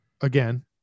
again